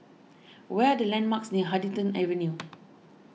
what are the landmarks near Huddington Avenue